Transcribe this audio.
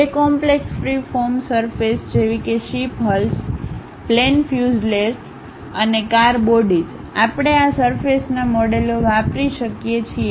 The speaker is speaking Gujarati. જકોમ્પ્લેક્સ ફ્રી ફોર્મ સરફેસ જેવી કે શિપ હલ્સ પ્લેન ફ્યુઝલેજ અને કાર બોડીઝ આપણે આ સરફેસના મોડેલો વાપરી શકીએ છીએ